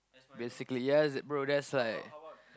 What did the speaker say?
basically yes bro that's like